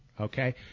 okay